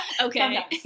Okay